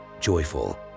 joyful